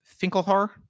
Finkelhar